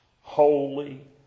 holy